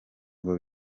ngo